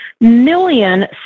million